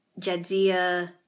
Jadzia